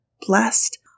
blessed